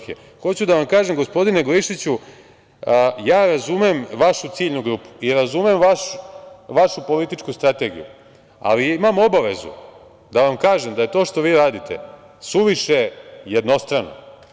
Hoću da vam kažem, gospodine Glišiću, ja razumem vašu ciljnu grupu i razumem vašu političku strategiju, ali imam obavezu da vam kažem da je to što vi radite suviše jednostrano.